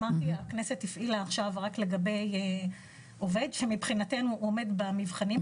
הכנסת הפעילה עכשיו רק לגבי עובד שמבחינתנו הוא עומד במבחנים.